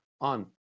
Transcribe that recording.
on